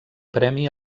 premi